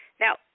Now